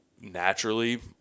Naturally